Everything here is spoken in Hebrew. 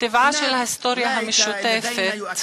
טבעה של ההיסטוריה המשותפת.